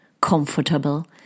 comfortable